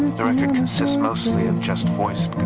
the record consists mostly of just voice